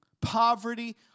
poverty